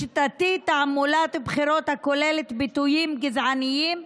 לשיטתי, תעמולת בחירות הכוללת ביטויים גזעניים,